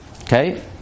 Okay